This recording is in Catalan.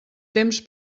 temps